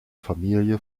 familie